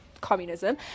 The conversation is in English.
communism